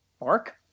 Mark